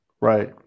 right